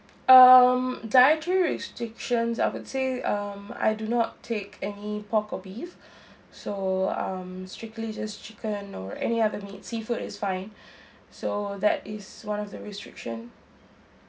um dietary restrictions I would say um I do not take any pork or beef so um strictly just chicken or any other meat seafood is fine so that is one of the restriction